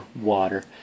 water